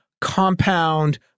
compound